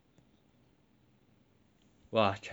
!wah! China is insane eh